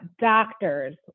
doctors